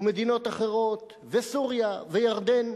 ועד מדינות אחרות, וסוריה וירדן.